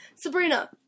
Sabrina